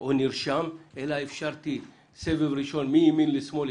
דיבור או נרשמים אלא אפשרתי סבב ראשון מימין לשמאל,